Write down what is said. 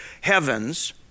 heavens